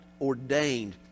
ordained